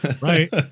right